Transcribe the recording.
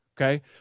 okay